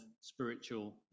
spiritual